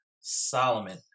solomon